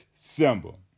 symbol